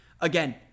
Again